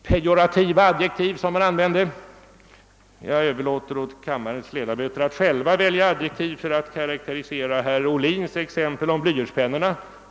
Mot bakgrunden av det problem som fru Myrdal i verkligheten tog upp överlåter jag åt kammarens ledamöter att själva välja adjektiv för att karakterisera herr Ohlins exempel om blyertspennorna.